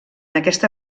aquesta